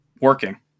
working